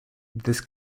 this